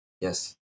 yes